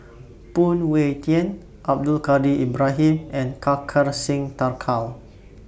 Phoon Yew Tien Abdul Kadir Ibrahim and Kartar Singh Thakral